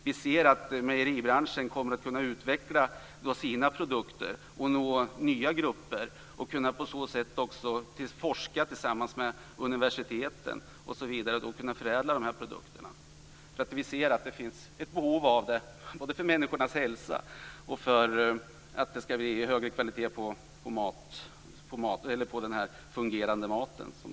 Vi ser att mejeribranschen kommer att kunna utveckla sina produkter och nå nya grupper och på så sätt forska tillsammans med universiten och förädla produkterna. Vi ser att det finns ett behov av detta med tanke på människornas hälsa och högre kvalitet på den fungerande maten.